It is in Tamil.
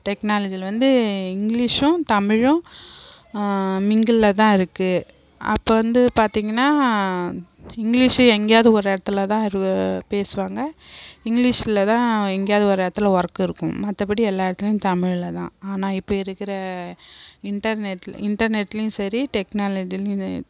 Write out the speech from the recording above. டெக்னாலஜியில் வந்து இங்கிலீஷும் தமிழும் மிங்கிலில் தான் இருக்குது அப்போ வந்து பார்த்திங்கனா இங்கிலீஷு எங்கேயாவது ஒரு இடத்துல தான் பேசுவாங்க இங்கிலீஷில் தான் எங்கியாவாது ஒரு இடத்துல ஒர்க் இருக்கும் மற்றபடி எல்லா இடத்துலையும் தமிழில் தான் ஆனால் இப்போ இருக்கிற இன்டர்நெட் இன்டர்நெட்லேயும் சரி டெக்னாலஜிலேயும்